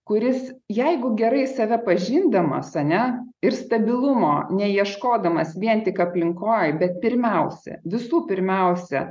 kuris jeigu gerai save pažindamasar ne ir stabilumo neieškodamas vien tik aplinkoj bet pirmiausia visų pirmiausia